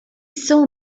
saw